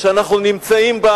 שאנחנו נמצאים בה